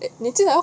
eh 你真的要